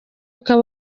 ukaba